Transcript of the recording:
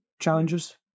challenges